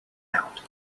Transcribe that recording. out